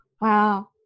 Wow